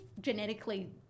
genetically